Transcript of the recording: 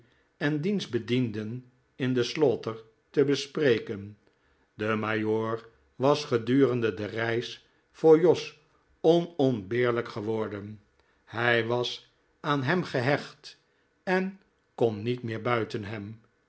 en diens bedienden in de slaughter te bespreken de majoor was gedurende de reis voor jos onontbeerlijk geworden hij was aan hem gehecht en kon niet meer buiten hem